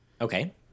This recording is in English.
Okay